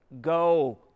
go